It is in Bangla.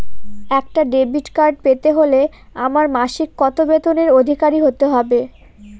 একটা ডেবিট কার্ড পেতে হলে আমার মাসিক কত বেতনের অধিকারি হতে হবে?